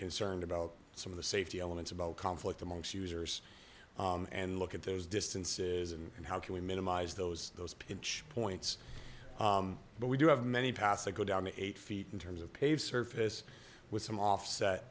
concerned about some of the safety elements about conflict amongst users and look at those distances and how can we minimize those those pinch points but we do have many passage go down the eight feet in terms of pave surface with some offset